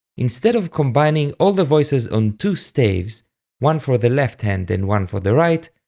instead of combining all the voices on two staves one for the left hand and one for the right,